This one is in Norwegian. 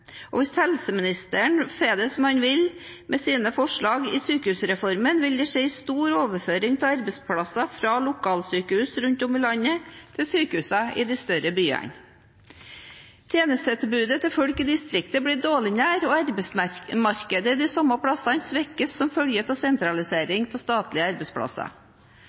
Hvis helseministeren får det som han vil med sine forslag i sykehusreformen, vil det skje en stor overføring av arbeidsplasser fra lokalsykehus rundt om i landet til sykehusene i de større byene. Tjenestetilbudet til folk i distriktene blir dårligere, og arbeidsmarkedet de samme plassene svekkes som følge av sentralisering av statlige arbeidsplasser.